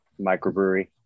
microbrewery